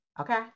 Okay